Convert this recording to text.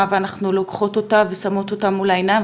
ואנחנו לוקחות אותה ושמות אותה מול העיניים,